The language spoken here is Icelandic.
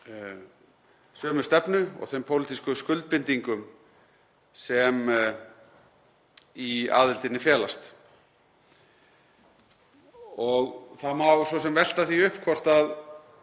sömu stefnu og þeim pólitísku skuldbindingum sem í aðildinni felast. Það má svo sem velta því upp hvort